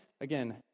Again